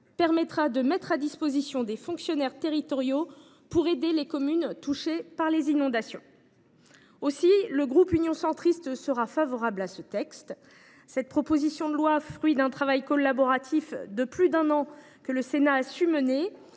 permettra de mettre à disposition des fonctionnaires territoriaux pour aider les communes touchées par les inondations. Aussi le groupe Union Centriste est il favorable à ce texte. Cette proposition de loi, fruit d’un travail collaboratif de plus d’un an, que le Sénat sait mener,